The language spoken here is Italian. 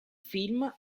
film